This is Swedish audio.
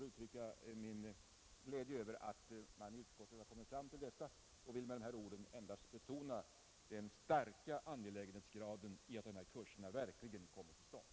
Jag vill uttrycka min glädje över att utskottet kommit fram till detta och har med dessa ord endast önskat betona det angelägna i att dessa kurser verkligen kommer till stånd.